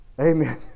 Amen